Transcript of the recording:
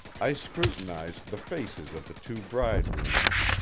i scrutinized the faces of the two bridegrooms,